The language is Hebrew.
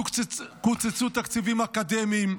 קוצצו תקציבים אקדמיים,